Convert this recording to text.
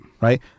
Right